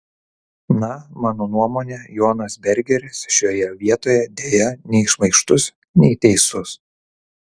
na mano nuomone jonas bergeris šioje vietoje deja nei šmaikštus nei teisus